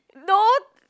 no